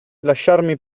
lasciarmi